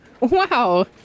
wow